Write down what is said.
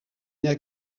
n’est